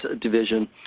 Division